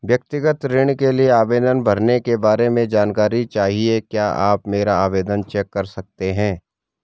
व्यक्तिगत ऋण के लिए आवेदन भरने के बारे में जानकारी चाहिए क्या आप मेरा आवेदन चेक कर सकते हैं?